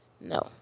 no